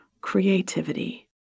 creativity